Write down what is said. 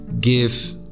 Give